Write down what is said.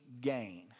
gain